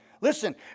listen